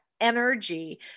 energy